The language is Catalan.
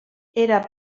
era